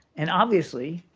and obviously,